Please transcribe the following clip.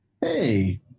Hey